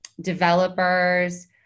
developers